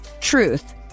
truth